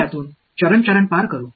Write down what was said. இதுவரை என்னுடன் எல்லோரும்